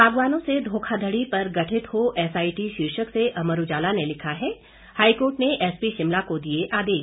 बागवानों से धोखाधड़ी पर गठित हो एसआईटी शीर्षक से अमर उजाला ने लिखा है हाईकोर्ट ने एसपी शिमला को दिए आदेश